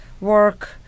work